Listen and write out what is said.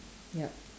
yup